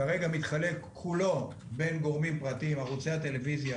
וכרגע מתחלק כולו בין גורמים פרטיים: ערוצי הטלוויזיה,